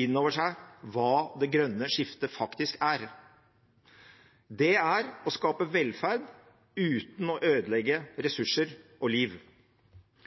inn over seg hva det grønne skiftet faktisk er. Det er å skape velferd uten å ødelegge ressurser og liv.